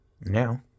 Now